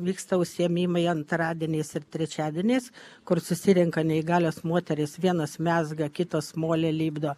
vyksta užsiėmimai antradieniais ir trečiadieniais kur susirenka neįgalios moterys vienas mezga kitos molį lipdo